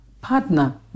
partner